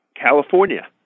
California